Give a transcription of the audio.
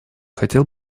хотел